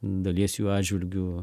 dalies jų atžvilgiu